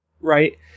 right